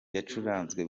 yacuranzwe